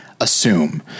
assume